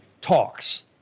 talks